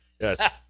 Yes